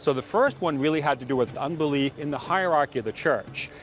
so the first one really had to do with unbelief in the hierarchy of the church,